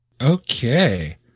Okay